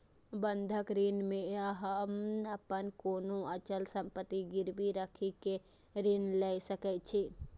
बंधक ऋण मे अहां अपन कोनो अचल संपत्ति गिरवी राखि कें ऋण लए सकै छी